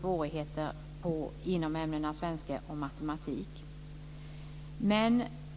svårigheter just inom ämnena svenska och matematik.